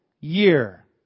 year